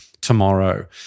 tomorrow